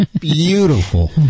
Beautiful